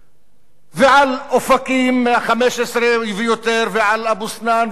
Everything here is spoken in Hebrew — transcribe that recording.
ועל אופקים, 15% ויותר, ועל אבו-סנאן וכו'.